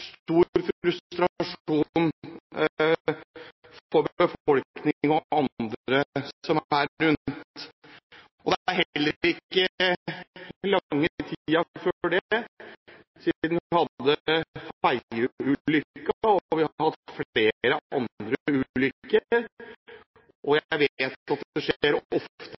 stor frustrasjon for befolkningen og andre som er rundt. Det var heller ikke lange tiden før det at vi hadde Fedje-ulykken – vi har hatt flere andre ulykker – og jeg vet